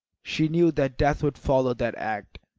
she knew that death would follow that act,